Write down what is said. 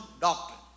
doctrine